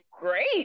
great